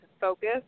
focus